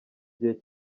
gihe